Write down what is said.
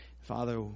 Father